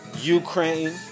Ukraine